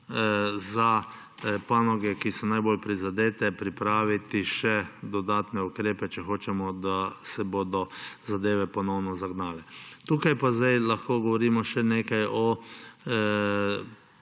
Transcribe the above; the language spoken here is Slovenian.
za panoge, ki so najbolj prizadete, pripraviti še dodatne ukrepe, če hočemo, da se bodo zadeve ponovno zagnale. Tukaj pa lahko zdaj govorimo še o